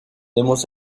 hemos